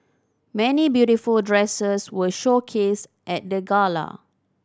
many beautiful dresses were showcased at the gala